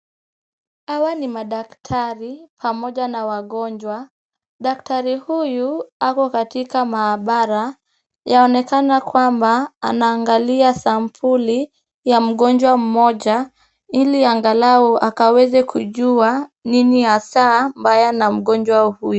Hawa ni madaktari pamoja na wagonjwa, Daktari huyu ako katika maabara, yaonekana kwamba anaangalia sampuli ya mgonjwa mmoja ili angalau akaweze kujua nini hasa mbaya na mgonjwa huyu.